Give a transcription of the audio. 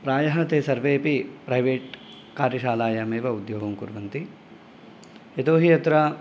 प्रायः ते सर्वेऽपि प्रैवेट् कार्यशालायामेव उद्योगं कुर्वन्ति यतो हि अत्र